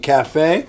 Cafe